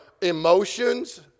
emotions